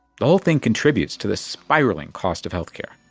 the whole thing contributes to the spiraling cost of health care